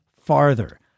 farther